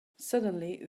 suddenly